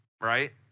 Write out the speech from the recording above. right